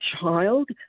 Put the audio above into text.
child